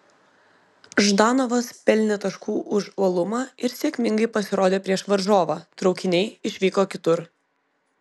ždanovas pelnė taškų už uolumą ir sėkmingai pasirodė prieš varžovą traukiniai išvyko kitur